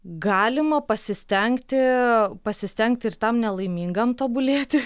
galima pasistengti pasistengti ir tam nelaimingam tobulėti